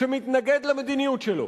שמתנגד למדיניות שלו,